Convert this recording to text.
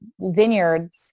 vineyards